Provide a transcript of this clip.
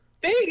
Big